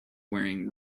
wearing